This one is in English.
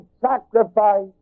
sacrifice